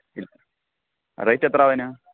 ഇല് റേറ്റ് എത്രയാവും അതിന്